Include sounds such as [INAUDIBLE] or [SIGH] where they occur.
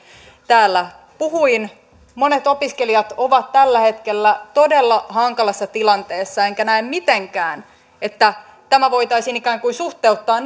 täällä puhuin monet opiskelijat ovat tällä hetkellä todella hankalassa tilanteessa enkä näe mitenkään että tämä voitaisiin ikään kuin suhteuttaa [UNINTELLIGIBLE]